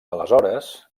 aleshores